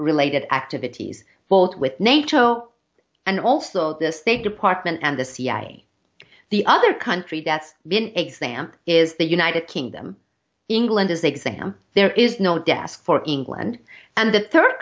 related activities both with nato and also the state department and the cia the other country that's been example is the united kingdom england is exam there is no desk for england and the third